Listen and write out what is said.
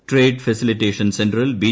trade facilitation സെന്ററിൽ B